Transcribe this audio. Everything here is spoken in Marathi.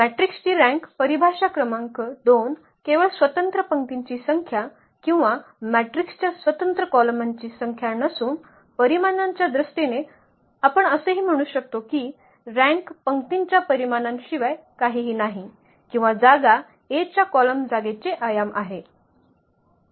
मॅट्रिक्सची रँक परिभाषा क्रमांक 2 केवळ स्वतंत्र पंक्तींची संख्या किंवा मॅट्रिक्सच्या स्वतंत्र कॉलमांची संख्या नसून परिमाणांच्या दृष्टीने आपण असेही म्हणू शकतो की रँक पंक्तीच्या परिमाणांशिवाय काहीच नाही किंवा जागा A च्या कॉलम जागेचे आयाम होय